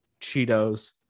Cheetos